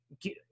get –